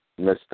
Mr